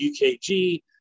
UKG